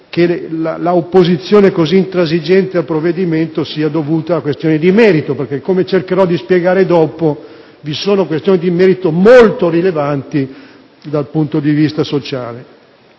che l'opposizione così intransigente al provvedimento sia dovuta a questioni di merito. Come cercherò di spiegare dopo, infatti, vi sono questioni di merito molto rilevanti dal punto di vista sociale.